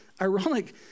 ironic